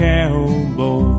Cowboy